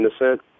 innocent